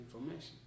information